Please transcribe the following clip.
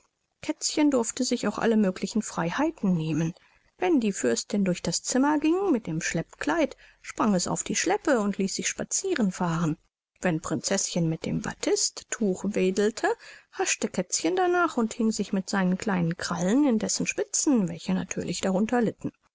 kätzchen durfte sich auch alle möglichen freiheiten nehmen wenn die fürstin durch das zimmer ging mit dem schleppkleid sprang es auf die schleppe und ließ sich spazieren fahren wenn prinzeßchen mit dem batisttuch wedelte haschte kätzchen danach und hing sich mit seinen kleinen krallen in dessen spitzen welche natürlich darunter